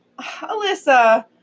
Alyssa